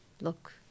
look